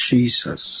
Jesus，